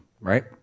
right